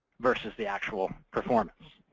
versus the actual performance.